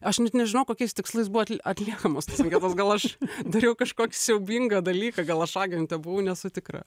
aš net nežinau kokiais tikslais buvo at atliekamos tos anketos gal aš dariau kažkokį siaubingą dalyką gal aš agentė buvau nesu tikra